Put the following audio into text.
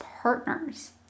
partners